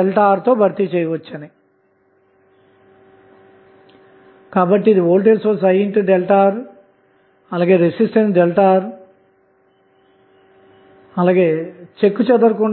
1va40va120v010⇒405va480v0 కాబట్టి ఇది సర్క్యూట్ యొక్క ఈ ప్రత్యేక విభాగం